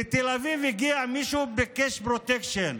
לתל אביב הגיע מישהו, ביקש פרוטקשן.